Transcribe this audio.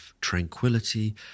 tranquility